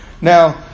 Now